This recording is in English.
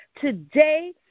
Today